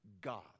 God